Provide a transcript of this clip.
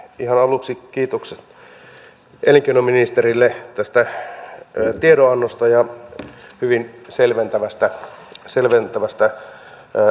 ihan aluksi kiitokset elinkeinoministerille tästä tiedonannosta ja hyvin selventävästä esityksestä